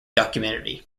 documentary